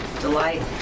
Delight